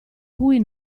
cui